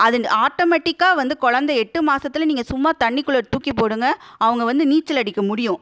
அது ஆட்டோமேட்டிக்காக வந்து குலந்தை எட்டு மாதத்துல நீங்கள் சும்மா தண்ணிக்குள்ள தூக்கி போடுங்கள் அவங்க வந்து நீச்சல் அடிக்க முடியும்